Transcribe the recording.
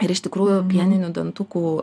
ir iš tikrųjų pieninių dantukų